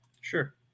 Sure